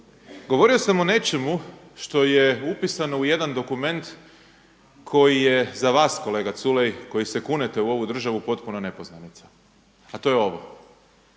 govorio sam o nečemu što je upisano u jedan dokument koji je za vas kolega Culej koji se kunete u ovu državu potpuno nepoznanica, a to je ovo,